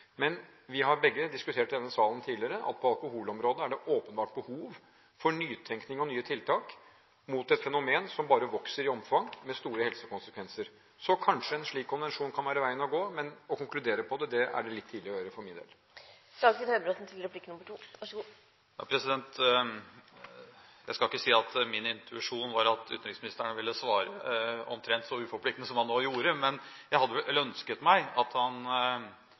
Men vi har begge diskutert i denne salen tidligere at på alkoholområdet er det åpenbart behov for nytenkning og nye tiltak mot et fenomen som bare vokser i omfang, med store helsekonsekvenser. Så kanskje en slik konvensjon kan være veien å gå, men det er litt tidlig å konkludere på det for min del. Jeg skal ikke si at min intuisjon var at utenriksministeren ville svare omtrent så uforpliktende som han nå gjorde. Men jeg hadde vel ønsket at han